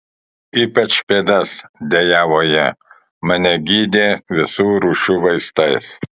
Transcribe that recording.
ypač pėdas dejavo ji mane gydė visų rūšių vaistais